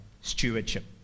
stewardship